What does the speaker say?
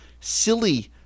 silly